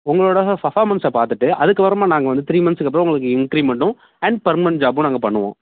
உங்களோடய ஃபர்ஃபாமன்ஸை பார்த்துட்டு அதுக்கப்புறமா நாங்கள் வந்து த்ரீ மந்த்ஸுக்கு அப்புறம் உங்களுக்கு இன்கிரிமெண்ட்டும் அண்ட் பர்மனெண்ட் ஜாபும் நாங்கள் பண்ணுவோம்